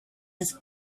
his